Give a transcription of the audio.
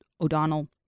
O'Donnell